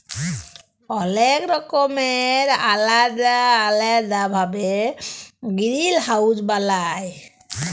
অলেক রকমের আলেদা আলেদা ভাবে গিরিলহাউজ বালায়